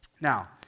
Now